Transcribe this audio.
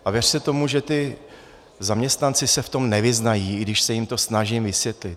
A věřte tomu, že ti zaměstnanci se v tom nevyznají, i když se jim to snažím vysvětlit.